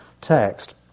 text